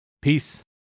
Peace